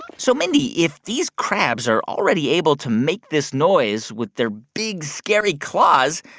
so, mindy, if these crabs are already able to make this noise with their big, scary claws,